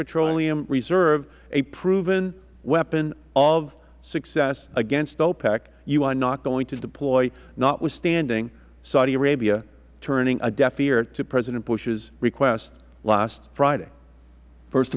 petroleum reserve a proven weapon of success against opec you are not going to deploy notwithstanding saudi arabia turning a deaf ear to president bush's request last friday